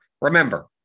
remember